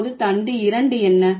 இப்போது தண்டு இரண்டு என்ன